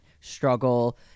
struggle